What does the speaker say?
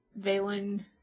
Valen